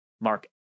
Mark